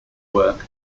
work